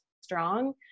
strong